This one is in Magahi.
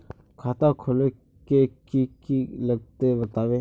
खाता खोलवे के की की लगते बतावे?